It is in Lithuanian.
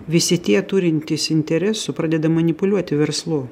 visi tie turintys interesų pradeda manipuliuoti verslu